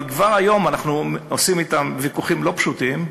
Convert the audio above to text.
אבל כבר היום אנחנו עושים אתם ויכוחים לא פשוטים,